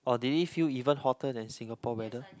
or did it feel even hotter than Singapore weather